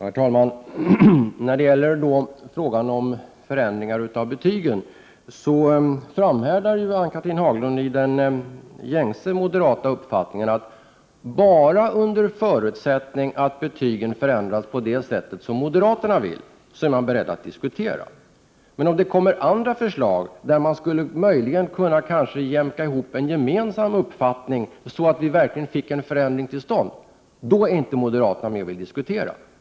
Herr talman! När det gäller frågan om förändringar av betygen framhärdar Ann-Cathrine Haglund i den gängse moderata uppfattningen att moderaterna är beredda att diskutera bara under förutsättning att betygen förändras på det sätt som moderaterna vill. Men om det läggs fram andra förslag, som kanske ger oss möjlighet att jämka ihop en gemensam uppfattning, så att vi verkligen får en förändring till stånd, då vill inte moderaterna vara med och diskutera.